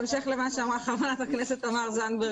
בהמשך למה שאמרה חברת הכנסת תמר זנדברג,